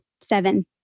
seven